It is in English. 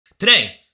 Today